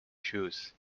shoes